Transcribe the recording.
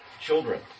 children